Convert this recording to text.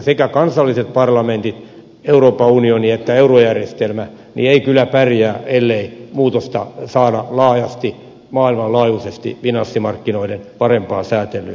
eivätkä kansalliset parlamentit euroopan unioni eikä eurojärjestelmä kyllä pärjää ellei muutosta saada laajasti maailmanlaajuisesti finanssimarkkinoiden parempaan säätelyyn